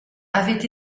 avait